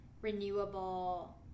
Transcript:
renewable